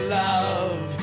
love